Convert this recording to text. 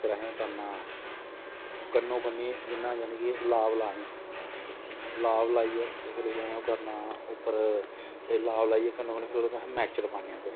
फिर असें ओह् करना कन्नो कन्नी लाब लानी ते लाब लाइयै ते फ्ही असें ओह् करना लाब लाइयै कन्नै ओह् नेचुरल पानी लाना